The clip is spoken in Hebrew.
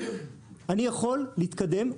אני יכול להתקדם,